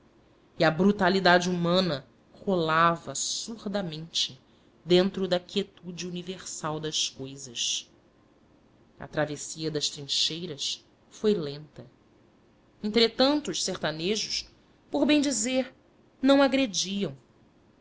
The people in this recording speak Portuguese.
e a brutalidade humana rolava surdamente dentro da quietude universal das cousas a travessia das trincheiras foi lenta entretanto os sertanejos por bem dizer não agrediam